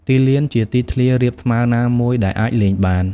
ទីលាន ជាទីធ្លារាបស្មើណាមួយដែលអាចលេងបាន។